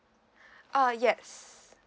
uh yes